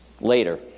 Later